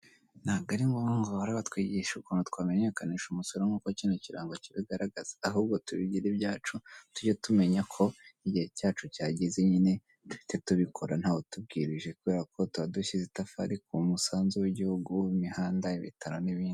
Ntabwo ari ngombwa ko bahora batwigisha ukuntu twamenyekanisha umusoro nk'uko kino kirango kibigaragaza, ahubwo tubigire ibyacu tujye tumenya ko igihe cyacu cyageze, nyine duhita tubikora ntawe utubwirije, kubera ko tuba dushyize itafari ku musanzu w'igihugu, w'imihanda, ibitaro n'ibindi.